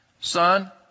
son